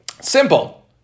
simple